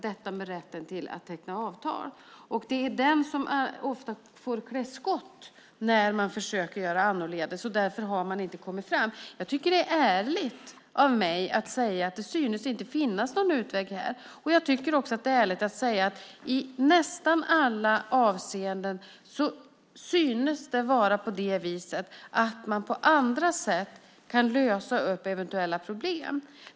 Det är ofta den som får klä skott när man försöker göra annorledes. Därför har man inte kommit fram. Jag tycker att det är ärligt av mig att säga att det inte synes finnas någon utväg här. Jag tycker också att det är ärligt att säga att det i nästan alla avseenden synes vara på det viset att man på andra sätt kan lösa eventuella problem.